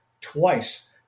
twice